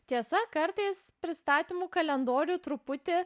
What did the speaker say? tiesa kartais pristatymų kalendorių truputį